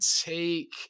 take